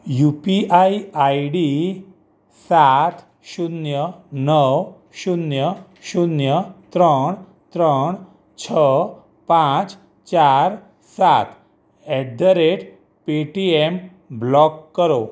you P I I D સાત શૂન્ય નવ શૂન્ય શૂન્ય ત્રણ ત્રણ છ પાંચ ચાર સાત at the rate Paytm block કરો